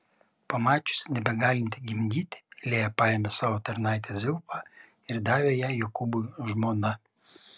pamačiusi nebegalinti gimdyti lėja paėmė savo tarnaitę zilpą ir davė ją jokūbui žmona